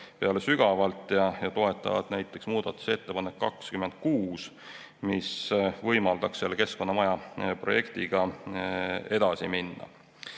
peale sügavalt ja toetavad näiteks muudatusettepanekut nr 26, mis võimaldaks Keskkonnamaja projektiga edasi minna.